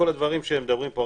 כל הדברים שמדברים פה.